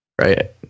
Right